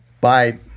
Bye